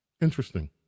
Interesting